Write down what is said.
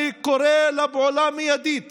אני קורא לפעולה מיידית